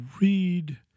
read